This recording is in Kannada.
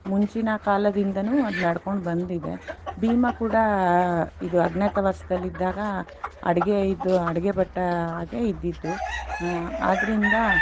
ಮುಂಚಿನ ಕಾಲದಿಂದಲೂ ಅದು ನಡ್ಕೊಂಡು ಬಂದಿದೆ ಭೀಮ ಕೂಡ ಇದು ಅಜ್ಞಾತವಾಸದಲ್ಲಿದ್ದಾಗ ಅಡುಗೆ ಇದು ಅಡಿಗೆ ಭಟ್ಟ ಆಗೇ ಇದ್ದಿದ್ದು ಆದ್ದರಿಂದ